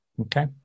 okay